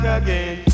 again